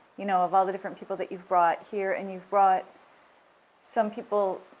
you know of all the different people that you've brought here. and you've brought some people